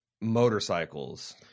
motorcycles